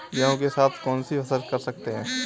गेहूँ के साथ कौनसी फसल कर सकते हैं?